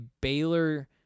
Baylor